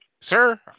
Sir